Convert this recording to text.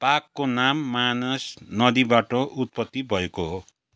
पाकको नाम मानस नदीबाट उत्पत्ति भएको हो